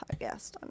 podcast